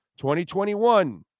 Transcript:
2021